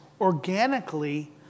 organically